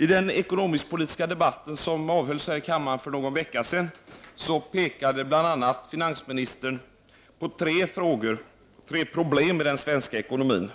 I den ekonomisk-politiska debatten som avhölls här i kammaren för någon vecka sedan pekade bl.a. finansministern på tre problem i den svenska ekonomin.